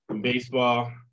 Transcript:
baseball